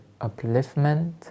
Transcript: upliftment